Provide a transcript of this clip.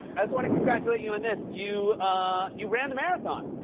i just want to congratulate you on this. you ah you ran the marathon!